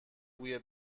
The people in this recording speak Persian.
بوی